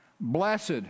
Blessed